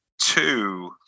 two